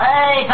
Hey